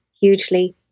hugely